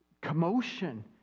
commotion